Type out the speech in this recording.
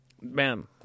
Man